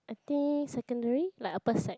I think secondary like upper sec